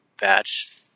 batch